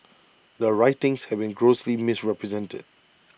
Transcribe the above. the writings have been grossly misrepresented